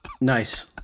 Nice